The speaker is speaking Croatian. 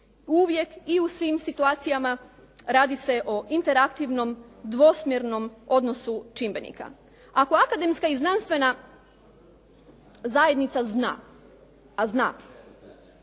uvijek i u svim situacijama radi se o interaktivnom, dvosmjernom odnosu čimbenika. Ako akademska i znanstvena zajednica zna a zna,